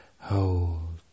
hold